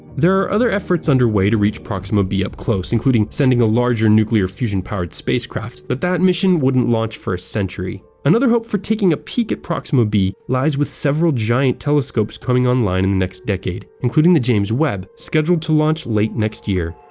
there are other efforts underway to reach proxima b up close, including sending a larger, nuclear-fusion-powered spacecraft. but that mission wouldn't launch for a century. another hope for taking a peek at proxima b lies with several giant telescopes coming online in the next decade, including the james webb, scheduled to launch late next year.